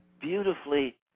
beautifully